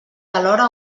alhora